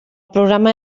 programa